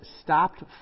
stopped